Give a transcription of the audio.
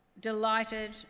delighted